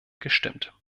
gestimmt